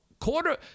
quarter